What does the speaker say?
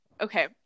okay